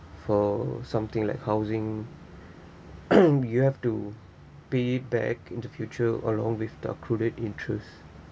for something like housing you have to pay back in the future along with the accrued interest